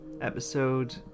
episode